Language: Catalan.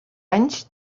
anys